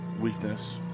weakness